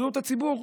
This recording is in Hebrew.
בריאות הציבור.